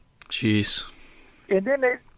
Jeez